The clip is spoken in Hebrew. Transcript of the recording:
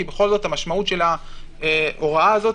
כי בכל זאת המשמעות של ההוראה הזאת,